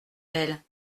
elle